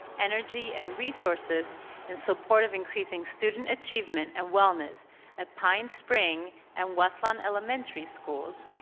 energy and resources in support of increasing student achievement and wellness at pine spring and westlawn elementary schools,